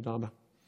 תודה רבה.